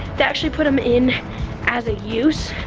they actually put them in as a use.